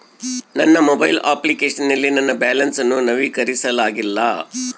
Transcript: ನನ್ನ mobile application ನಲ್ಲಿ ನನ್ನ ಬ್ಯಾಲೆನ್ಸ್ ಅನ್ನು ನವೀಕರಿಸಲಾಗಿಲ್ಲ